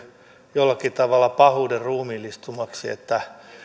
jollakin tavalla pahuuden ruumiillistumaksi että